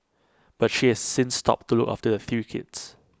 but she has since stopped to look after A three kids